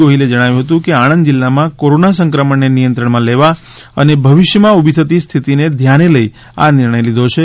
ગોહિલે જણાવ્યું હતું કે આણંદ જિલ્લામાં કોરોના સંક્રમણને નિયંત્રણમાં લેવા અને ભવિષ્યમાં ઉભી થતી સ્થિતિને ધ્યાને લઈ આ નિર્ણય લીધો છે